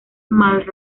mal